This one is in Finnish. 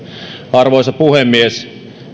arvoisa puhemies